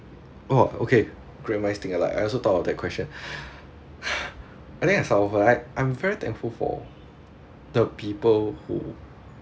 oh okay great minds think alike I also thought of that question I think I right I'm very thankful for the people who